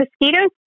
mosquitoes